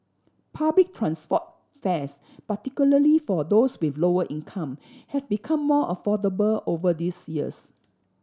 public transport fares particularly for those with lower income have become more affordable over this years